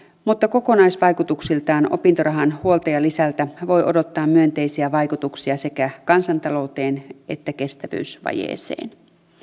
mutta kokonaisvaikutuksiltaan opintorahan huoltajalisältä voi odottaa myönteisiä vaikutuksia sekä kansantalouteen että kestävyysvajeeseen